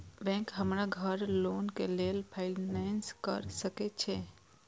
Bank हमरा घर loan के लेल फाईनांस कर सके छे?